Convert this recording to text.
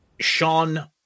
Sean